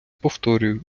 повторюю